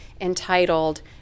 entitled